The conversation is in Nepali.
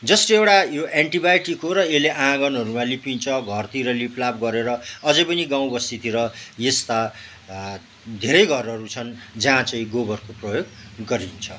जस्ट एउटा यो एन्टिबायोटिक हो र यसले आँगनहरूमा लिपिन्छ घरतिर लिपलाप गरेर अझै पनि गाउँबस्तीतिर यस्ता धेरै घरहरू छन जहाँ चाहिँ गोबरको प्रयोग गरिन्छ